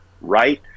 right